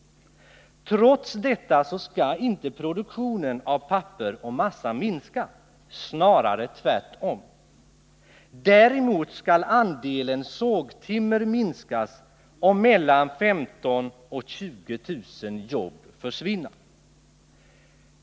Trots detta skall inte produktionen av papper och massa minska, snarare tvärtom. Däremot skall andelen sågtimmer minskas och mellan 15 000 och 20 000 jobb försvinna.